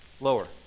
Lower